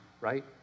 right